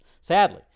sadly